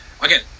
again